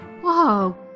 Whoa